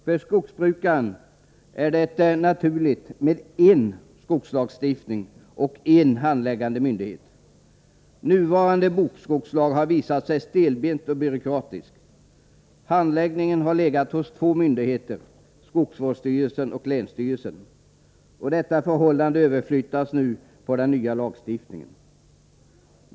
För skogsbrukaren är det naturligt med en skogsvårdslagstiftning och en handläggande myndighet. Nuvarande bokskogslag har visat sig stelbent och byråkratisk. Handläggningen har legat hos två myndigheter, skogsvårdsstyrelsen och länsstyrelsen. Detta förhållande överflyttas nu till den nya lagstiftningen.